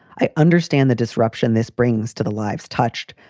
i understand the disruption this brings to the lives touched,